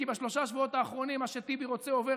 כי בשלושת השבועות האחרונים מה שטיבי רוצה עובר,